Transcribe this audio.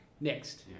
next